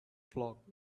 flock